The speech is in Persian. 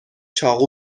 چاقو